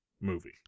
movie